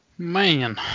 Man